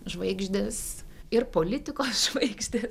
žvaigždės ir politikos žvaigždės